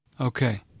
Okay